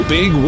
Big